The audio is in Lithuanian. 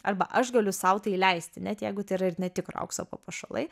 arba aš galiu sau tai leisti net jeigu tai yra ir netikro aukso papuošalai